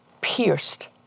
pierced